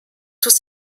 tous